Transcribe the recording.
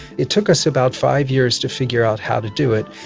it took us about five years to figure out how to do it.